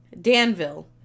Danville